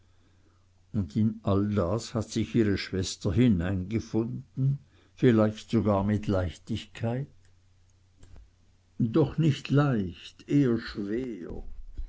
und in das alles hat sich ihre schwester hineingefunden vielleicht sogar mit leichtigkeit doch nicht leicht eher schwer